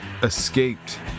escaped